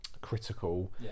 critical